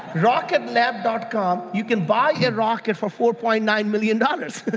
rocketlab dot com, you can buy a rocket for four point nine million dollars.